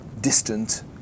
distant